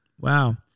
wow